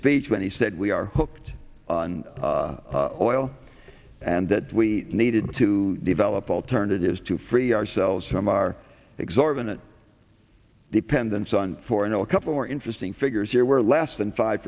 speech when he said we are hooked on oil and that we needed to develop alternatives to free ourselves from our exorbitant dependence on foreign oil a couple more interesting figures here where less than five